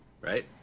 right